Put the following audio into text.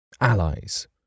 Allies